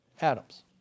Adam's